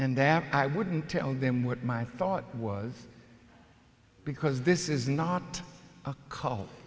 and that i wouldn't tell them what my thought was because this is not a c